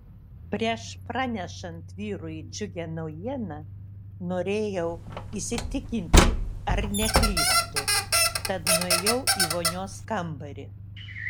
prieš pranešant vyrui džiugią naujieną norėjau įsitikinti ar neklystu tad nuėjau į vonios kambarį